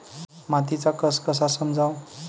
मातीचा कस कसा समजाव?